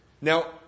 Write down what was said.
Now